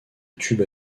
tubes